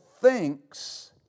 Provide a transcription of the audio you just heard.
thinks